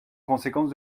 conséquence